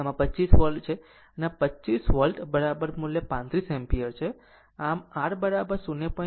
આમ આ 25 વોલ્ટ છે અને I આ 25 વોલ્ટ મુલ્ય 35 એમ્પીયર છે આમ r 0